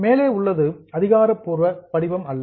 மேலே உள்ளது அதிகாரப்பூர்வ வடிவம் அல்ல